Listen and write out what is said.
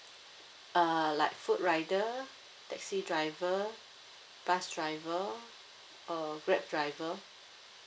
uh like food rider taxi driver bus driver uh grab driver